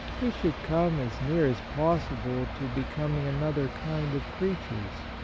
we should come as near as possible to becoming another kind of creatures.